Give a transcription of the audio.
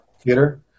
theater